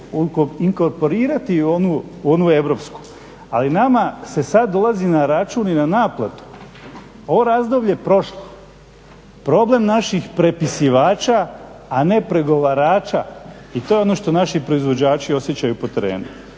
inkorporirati u onu europsku. A i nama se sad dolazi na račun i na naplatu ovo razdoblje prošlo, problem naših prepisivača a ne pregovarača i to je ono što naši proizvođači osjećaju po terenu.